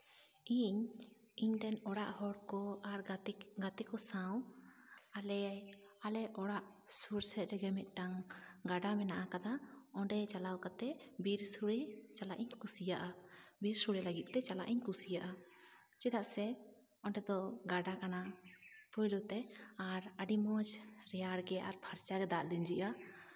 ᱤᱧ ᱤᱧᱨᱮᱱ ᱚᱲᱟᱜ ᱦᱚᱲ ᱠᱚ ᱟᱨ ᱦᱟᱛᱮ ᱠᱚ ᱥᱟᱶ ᱟᱞᱮ ᱟᱞᱮ ᱚᱲᱟᱜ ᱥᱩᱨ ᱥᱮᱫ ᱨᱮᱜᱮ ᱢᱤᱫᱴᱟᱱ ᱜᱟᱰᱟ ᱢᱮᱱᱟᱜ ᱠᱟᱫᱟ ᱚᱸᱰᱮ ᱪᱟᱞᱟᱣ ᱠᱟᱛᱮᱜ ᱵᱤᱨ ᱥᱳᱲᱮ ᱪᱟᱞᱟᱜ ᱤᱧ ᱠᱩᱥᱤᱭᱟᱜᱼᱟ ᱵᱤᱨ ᱥᱳᱲᱮ ᱞᱟᱹᱜᱤᱫ ᱛᱮ ᱪᱟᱞᱟᱜ ᱤᱧ ᱠᱩᱥᱤᱭᱟᱜᱼᱟ ᱪᱮᱫᱟᱜ ᱥᱮ ᱚᱸᱰᱮ ᱫᱚ ᱜᱟᱰᱟ ᱠᱟᱱᱟ ᱯᱳᱭᱞᱚ ᱛᱮ ᱟᱨ ᱟᱹᱰᱤ ᱢᱚᱡᱽ ᱨᱮᱭᱟᱲ ᱜᱮ ᱟᱨ ᱯᱷᱟᱨᱪᱟ ᱜᱮ ᱫᱟᱜ ᱞᱤᱡᱤᱜᱼᱟ